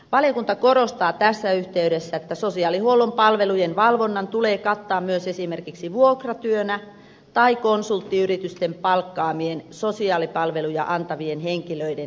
valiokunta korostaa tässä yhteydessä että sosiaalihuollon palvelujen valvonnan tulee kattaa myös esimerkiksi vuokratyönä tehtävä tai konsulttiyritysten palkkaamien sosiaalipalveluja antavien henkilöiden tekemä toiminta